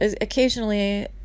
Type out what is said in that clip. Occasionally